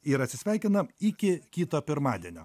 ir atsisveikinam iki kito pirmadienio